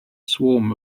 swarm